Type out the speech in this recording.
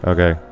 Okay